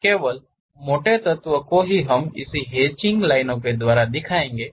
केवल मोटे तत्व को ही हम इस हैचिंग चीज़ द्वारा यहा दिखाएंगे